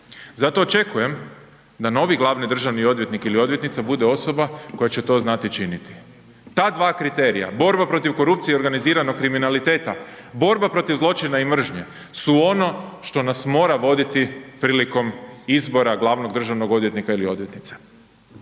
Zato očekujem da novi glavni državni odvjetnik ili odvjetnica bude osoba koja će to znati činiti. Ta dva kriterija, borba protiv korupcije i organiziranog kriminaliteta, borba protiv zločina i mržnje su ono što nas mora voditi prilikom izbora glavnog državnog odvjetnika ili odvjetnice.